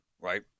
right